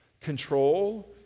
control